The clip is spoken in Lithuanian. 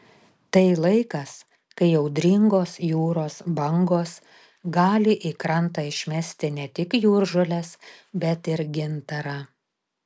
tai laikas kai audringos jūros bangos gali į krantą išmesti ne tik jūržoles bet ir gintarą